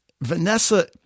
Vanessa